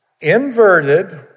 inverted